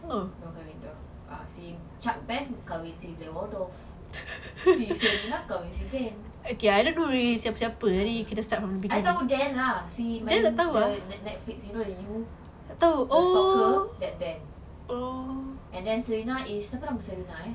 dah kahwin dah ah si chuck bass kahwin si blair waldorf si selena kahwin si dan ah I tahu dan lah he main the netflix you know the you the stalker that's dan and then selena is siapa nama selena eh